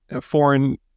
foreign